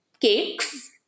cakes